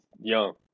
young